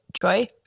troy